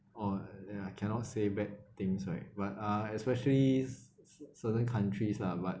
oh uh I cannot say bad things right but uh especially cer~ certain countries lah but